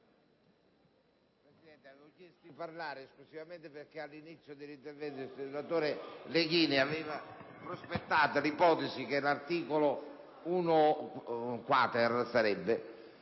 Presidente, avevo chiesto di parlare esclusivamente perché all'inizio dell'intervento il senatore Legnini aveva prospettato l'ipotesi che l'articolo 1-*quater*